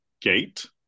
Gate